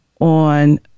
on